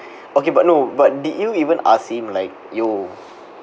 okay but no but did you even ask him like !yo!